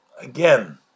Again